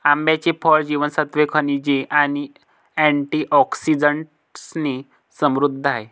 आंब्याचे फळ जीवनसत्त्वे, खनिजे आणि अँटिऑक्सिडंट्सने समृद्ध आहे